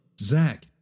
Zach